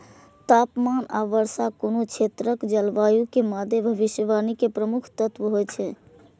तापमान आ वर्षा कोनो क्षेत्रक जलवायु के मादे भविष्यवाणी के प्रमुख तत्व होइ छै